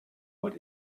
what